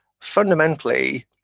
fundamentally